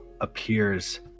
appears